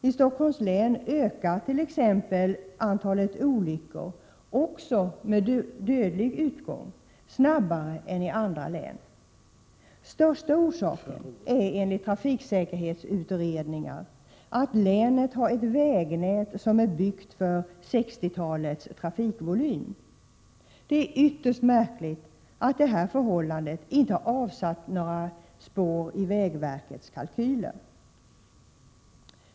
I Stockholms län ökar t.ex. antalet olyckor, även med dödlig utgång, snabbare än i andra län. Den viktigaste orsaken är enligt trafiksäkerhetsutredningar att länet har ett vägnät byggt för 1960-talets trafikvolym. Det är ytterst märkligt att detta förhållande inte har avsatt några spår i vägverkets kalkyler.